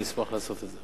אני אשמח לעשות את זה.